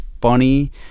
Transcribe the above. funny